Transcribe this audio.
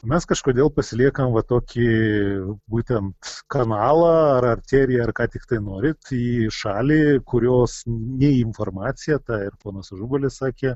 mes kažkodėl pasiliekam va tokį būtent kanalą ar arteriją ar ką tiktai norit į šalį kurios nei informacija tą ir ponas ažubalis sakė